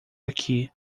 aqui